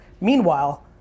Meanwhile